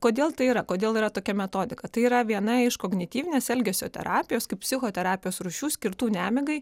kodėl tai yra kodėl yra tokia metodika tai yra viena iš kognityvinės elgesio terapijos kaip psichoterapijos rūšių skirtų nemigai